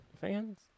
fans